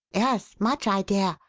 yes much idea.